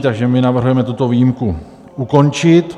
Takže my navrhujeme tuto výjimku ukončit.